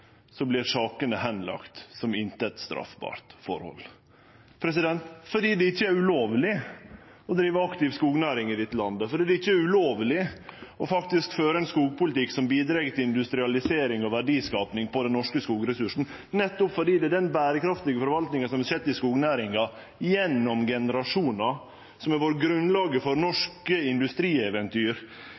forhold. Det er fordi det ikkje er ulovleg å drive aktiv skognæring i dette landet, fordi det ikkje er ulovleg å føre ein skogpolitikk som bidreg til industrialisering og verdiskaping på den norske skogressursen – nettopp fordi det er den berekraftige forvaltinga som har skjedd i skognæringa gjennom generasjonar, som har vore grunnlaget for norske industrieventyr